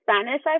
Spanish